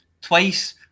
twice